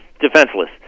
defenseless